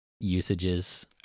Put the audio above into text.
usages